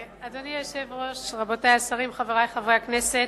אדוני היושב-ראש, רבותי השרים, חברי חברי הכנסת,